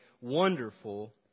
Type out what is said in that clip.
wonderful